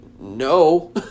no